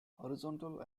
horizontal